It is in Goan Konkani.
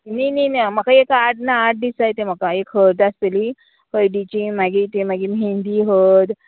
न्ही न्ही न्ही म्हाका एक आठ ना आठ दिस जाय तें म्हाका एक हळद आसतली हळदीची मागीर ती मागीर मेहंदी हळद